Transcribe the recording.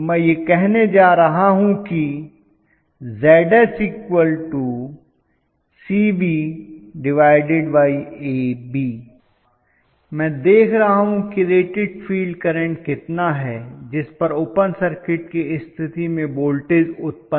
तो मैं यह कहने जा रहा हूं कि Zscbab प्रोफेसर मैं देख रहा हूं कि रेटेड फील्ड करंट कितना है जिस पर ओपन सर्किट की स्थिति में वोल्टेज उत्पन्न किया गया है